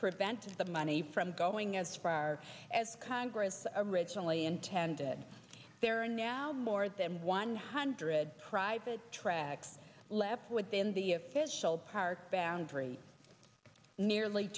prevented the money from going as far as congress originally intended there are now more than one hundred private tracks left within the official park boundary nearly